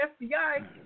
FBI